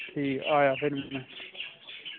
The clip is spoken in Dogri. ठीक आया फिर मैं